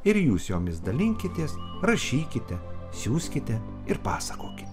ir jūs jomis dalinkitės rašykite siųskite ir pasakokite